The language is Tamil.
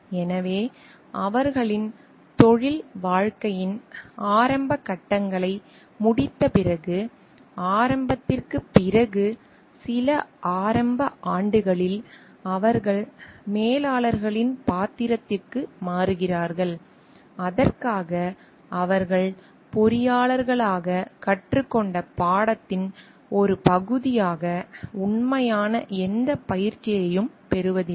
எனவே அவர்களின் தொழில் வாழ்க்கையின் ஆரம்ப கட்டங்களை முடித்த பிறகு ஆரம்பத்திற்குப் பிறகு சில ஆரம்ப ஆண்டுகளில் அவர்கள் மேலாளர்களின் பாத்திரத்திற்கு மாறுகிறார்கள் அதற்காக அவர்கள் பொறியாளர்களாகக் கற்றுக்கொண்ட பாடத்தின் ஒரு பகுதியாக உண்மையான எந்தப் பயிற்சியையும் பெறுவதில்லை